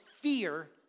fear